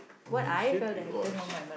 you said it was